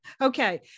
okay